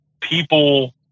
people